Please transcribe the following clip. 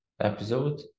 episode